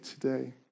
today